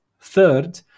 Third